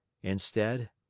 instead,